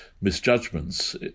misjudgments